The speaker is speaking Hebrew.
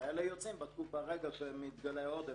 וגם ברגע שמתגלה עודף.